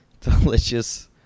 Delicious